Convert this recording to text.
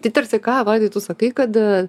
tai tarsi ką vaidai tu sakai kad